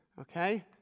Okay